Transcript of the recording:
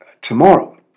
tomorrow